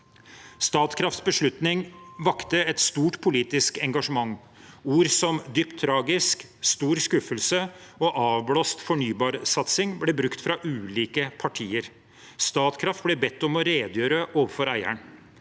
Statkrafts beslutning vakte et stort politisk engasjement. Ord som «dypt tragisk», «stor skuffelse» og «avblåst fornybarsatsing» ble brukt fra ulike partier. Statkraft ble bedt om å redegjøre overfor eieren.